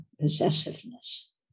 possessiveness